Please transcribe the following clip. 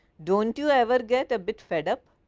don't you ever get a bit fed up?